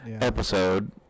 episode